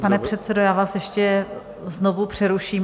Pane předsedo, já vás ještě znovu přeruším.